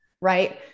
right